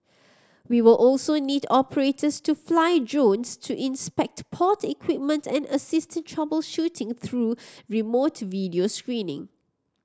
we will also need operators to fly drones to inspect port equipment and assist in troubleshooting through remote video screening